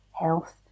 health